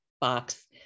box